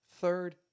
third